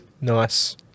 Nice